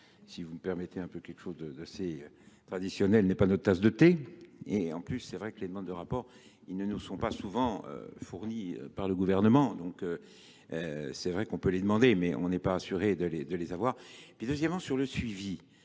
si vous me permettez un peu quelque chose de assez traditionnel, n'est pas notre tasse de thé. Et en plus, c'est vrai que les demandes de rapport, ils ne nous sont pas souvent fournies par le gouvernement. C'est vrai qu'on peut les demander mais on n'est pas assuré de les avoir. Et puis deuxièmement sur le suivi.